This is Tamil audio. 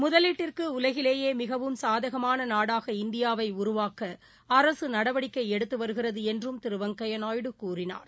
முதலீட்டிற்கு உலகிலேயே மிகவும் சாதகமான நாடாக இந்தியாவை உருவாக்க அரசு நடவடிக்கை எடுத்து வருகிறது என்றும் திரு வெங்கையா நாயுடு கூறினார்